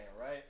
right